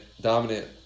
dominant